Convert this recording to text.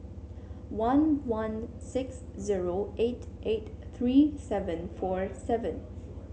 one one six zero eight eight three seven four seven